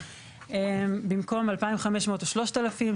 במקום 2500 או 3000,